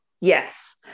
Yes